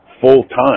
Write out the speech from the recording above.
full-time